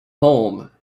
home